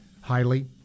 highly